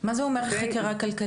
מה זה אומר חקירה כלכלית?